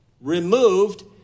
removed